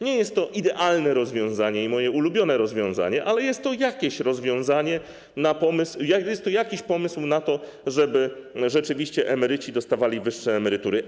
Nie jest to idealne rozwiązanie i moje ulubione rozwiązanie, ale jest to jakieś rozwiązanie, jest to jakiś pomysł na to, żeby rzeczywiście emeryci dostawali wyższe emerytury.